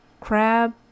Crab